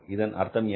இதன் அர்த்தம் என்ன